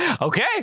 Okay